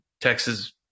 Texas